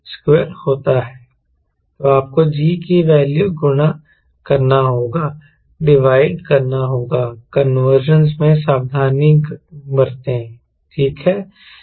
तो आपको g की वैल्यू गुणा करना होगा डिवाइड करना होगा कन्वर्जनस में सावधानी बरतें ठीक है